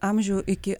amžių iki